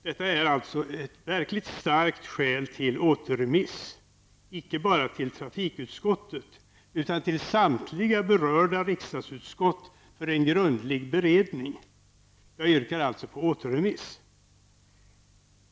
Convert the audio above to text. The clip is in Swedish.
Detta är ett verkligt starkt skäl för återremiss, inte bara till trafikutskottet utan till samtliga berörda riksdagsutskott, för en grundlig beredning. Jag yrkar alltså på återremiss.